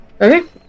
Okay